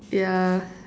yeah